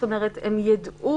זאת אומרת שהם יידעו,